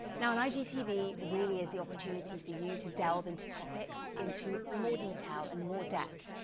now, an igtv really is the opportunity for you to delve into topics into more detail and more depth.